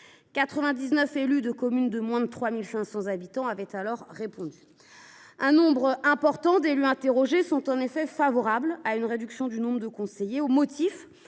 99 élus de communes de moins de 3 500 habitants avaient alors répondu. Un nombre important d’élus interrogés sont en effet favorables à une réduction du nombre de conseillers, au motif